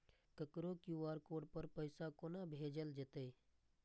ककरो QR code पर पैसा कोना भेजल जेतै?